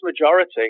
majority